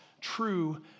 true